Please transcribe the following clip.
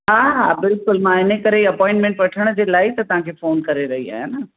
हा हा बिल्कुलु मां इन करे अपॉइटमेंट वठण जे लाइ त तव्हांखे फ़ोन करे रही आहियां न